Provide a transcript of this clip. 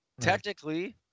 technically